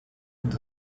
und